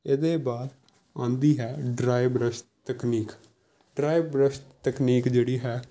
ਇਹਦੇ ਬਾਅਦ ਆਉਂਦੀ ਹੈ ਡਰਾਈ ਬਰੱਸ਼ ਤਕਨੀਕ ਡਰਾਈ ਬਰੱਸ਼ ਤਕਨੀਕ ਜਿਹੜੀ ਹੈ